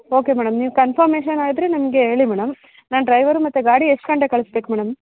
okay madam ನೀವು confirmation ಆದರೆ ನಮಗೆ ಹೇಳಿ ಮೇಡಮ್ ನಾ ಡ್ರೈವರ್ ಮತ್ತು ಗಾಡಿ ಎಷ್ಟು ಗಂಟೆಗೆ ಕಳಿಸ್ಬೇಕು ಮೇಡಮ್